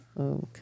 Okay